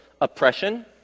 oppression